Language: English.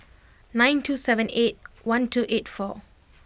nine two seven eight one two eight four